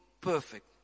perfect